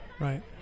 Right